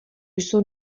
jsou